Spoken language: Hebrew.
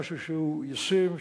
משהו שהוא ישים,